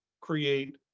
create